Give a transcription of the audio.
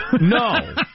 No